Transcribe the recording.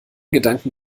gedanken